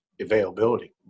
availability